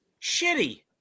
Shitty